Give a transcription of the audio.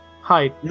Hi